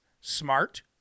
smart